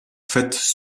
faites